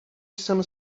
jsem